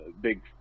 big